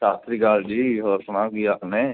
ਸਤਿ ਸ਼੍ਰੀ ਅਕਾਲ ਜੀ ਹੋਰ ਸੁਣਾਓ ਕੀ ਹਾਲ ਨੇ